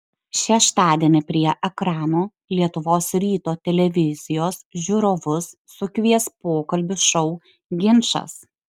šeštadienį prie ekranų lietuvos ryto televizijos žiūrovus sukvies pokalbių šou ginčas